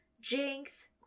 Jinx